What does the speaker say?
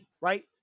right